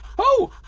oh,